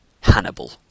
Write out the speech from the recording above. Hannibal